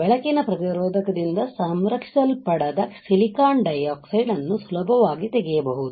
ಬೆಳಕಿನ ಪ್ರತಿರೋಧಕದಿಂದ ಸಂರಕ್ಷಿಸಲ್ಪಡದ ಸಿಲಿಕಾನ್ ಡೈಆಕ್ಸೈಡ್ಅನ್ನು ಸುಲಭವಾಗಿ ತೆಗೆಯಬಹುದು